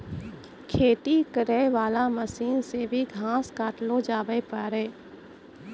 खेती करै वाला मशीन से भी घास काटलो जावै पाड़ै